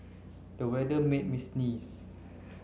the weather made me sneeze